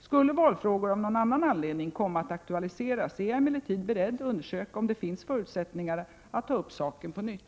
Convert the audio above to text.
Skulle valfrågor av någon annan anledning komma att aktualiseras, är jag emellertid beredd undersöka om det finns förutsättningar att ta upp saken på nytt.